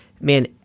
man